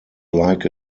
like